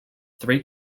three